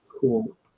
Cool